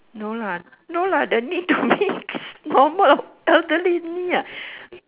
no lah no lah there need to mix normal elderly me ah